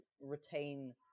retain